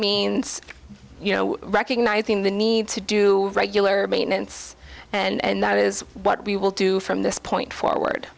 means you know recognizing the need to do regular maintenance and that is what we will do from this point forward